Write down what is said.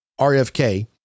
RFK